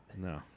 No